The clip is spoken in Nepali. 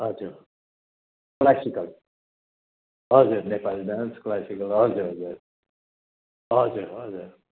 हजुर क्लासिकल हजुर नेपाली डान्स क्लासिकल हजुर हजुर हजुर हजुर